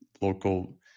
local